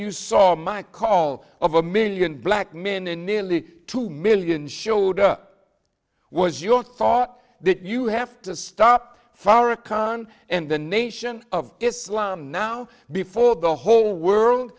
you saw my call of a million black men and nearly two million showed up was your thought that you have to stop farrakhan and the nation of islam now before the whole world